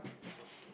fucking